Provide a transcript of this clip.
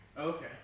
Okay